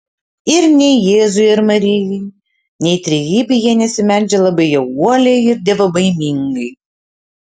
ir nei jėzui ar marijai nei trejybei jie nesimeldžia labai jau uoliai ir dievobaimingai